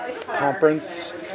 conference